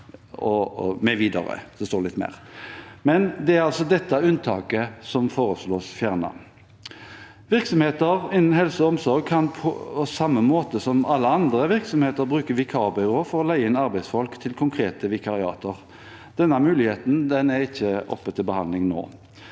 altså dette unntaket som foreslås fjernet. Virksomheter innen helse og omsorg kan på samme måte som alle andre virksomheter bruke vikarbyråer for å leie inn arbeidsfolk til konkrete vikariater. Denne muligheten er ikke oppe til behandling nå.